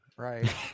Right